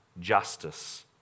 justice